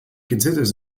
considers